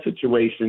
situation